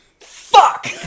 Fuck